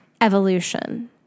evolution